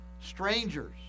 strangers